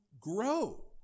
grow